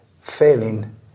failing